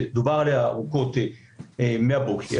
שדובר עליה ארוכות מהבוקר,